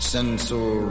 Sensor